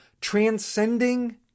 transcending